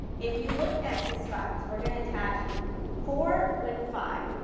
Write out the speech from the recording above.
if you look at piece five, because we are going to attach four with five,